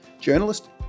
journalist